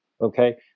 okay